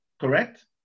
correct